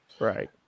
right